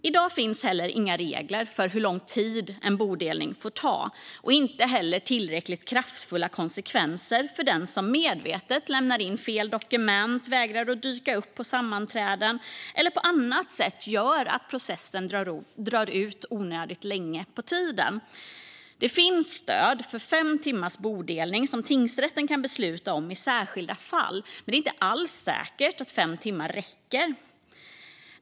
I dag finns inga regler för hur lång tid en bodelning får ta och inte heller tillräckligt kraftfulla konsekvenser för den som medvetet lämnar in fel dokument, vägrar att dyka upp på sammanträden eller på annat sätt gör att processen drar ut onödigt länge på tiden. Det finns ett stöd för fem timmars bodelning som tingsrätten kan besluta om i särskilda fall, men det är inte alls säkert att fem timmar räcker.